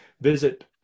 visit